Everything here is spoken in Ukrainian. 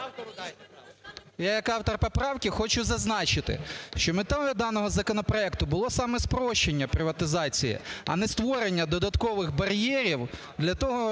Я як автор поправки хочу зазначити, що метою даного законопроекту було саме спрощення приватизації, а не створення додаткових бар'єрів для того,